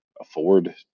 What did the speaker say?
afford